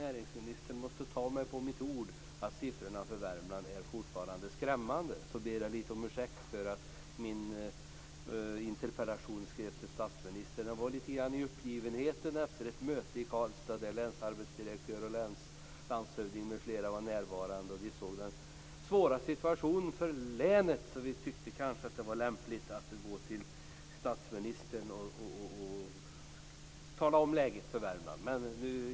Näringsministern måste ta mig på mitt ord att siffrorna för Värmland fortfarande är skrämmande. Jag ber om ursäkt för att interpellationen ställdes till statsministern. Jag var lite uppgiven efter ett möte i Karlstad där länsarbetsdirektören, landshövdingen m.fl. var närvarande. Vi insåg den svåra situationen för länet, och vi tyckte att det var lämpligt att vända oss till statsministern och informera honom om läget i Värmland.